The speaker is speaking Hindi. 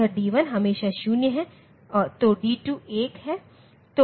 यह d1 हमेशा 0 है तो d2 1 है